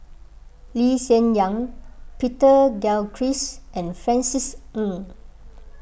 Lee Hsien Yang Peter Gilchrist and Francis Ng